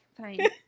fine